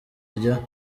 rya